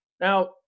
Now